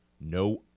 no